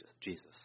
Jesus